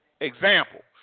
example